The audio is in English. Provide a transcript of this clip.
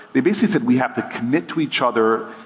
they basically said we have to commit to each other.